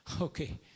Okay